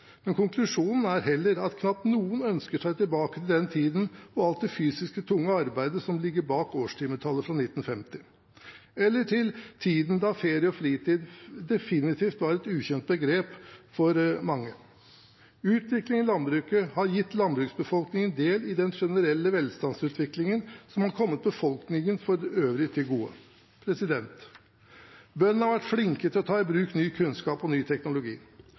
men konklusjonen er heller at knapt noen ønsker seg tilbake til den tiden og alt det fysisk tunge arbeidet som ligger bak årstimetallet fra 1950, eller til tiden da ferie og fritid definitivt var et ukjent begrep for mange. Utviklingen i landbruket har gitt landbruksbefolkningen del i den generelle velstandsutviklingen som har kommet befolkningen for øvrig til gode. Bøndene har vært flinke til å ta i bruk ny kunnskap og ny teknologi.